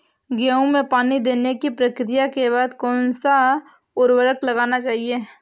गेहूँ में पानी देने की प्रक्रिया के बाद कौन सा उर्वरक लगाना चाहिए?